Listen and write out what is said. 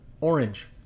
orange